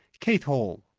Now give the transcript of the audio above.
keith hall.